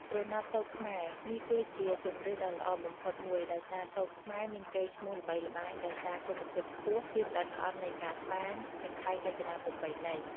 ក្រណាត់សូត្រខ្មែរ នេះគឺជាជម្រើសដ៏ល្អបំផុតមួយ ដោយសារ សូត្រខ្មែរ មានកេរ្តិ៍ឈ្មោះល្បីល្បាញដោយសារគុណភាពខ្ពស់ ភាពល្អិតល្អន់នៃការត្បាញ និងក្បាច់រចនាប្រពៃណី។